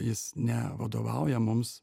jis ne vadovauja mums